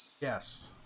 Yes